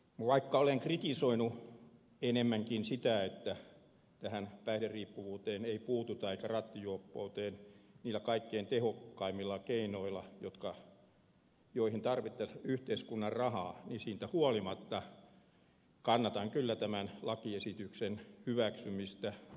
vaikka olen kritisoinut paljonkin sitä ettei tähän päihderiippuvuuteen eikä rattijuoppouteen puututa kaikkein tehokkaimmilla keinoilla joihin tarvittaisiin yhteiskunnan rahaa niin siitä huolimatta kannatan kyllä tämän lakiesityksen hyväksymistä